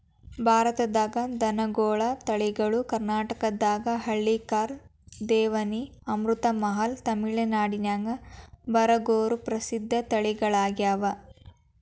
ಭಾರತದಾಗ ದನಗೋಳ ತಳಿಗಳು ಕರ್ನಾಟಕದಾಗ ಹಳ್ಳಿಕಾರ್, ದೇವನಿ, ಅಮೃತಮಹಲ್, ತಮಿಳನಾಡಿನ್ಯಾಗ ಬರಗೂರು ಪ್ರಸಿದ್ಧ ತಳಿಗಳಗ್ಯಾವ